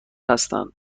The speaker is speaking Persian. هستند